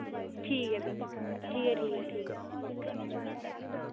ठीक ऐ फ्ही ठीक ऐ ठीक ऐ ठीक ऐ ओके